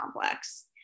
Complex